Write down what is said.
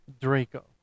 Draco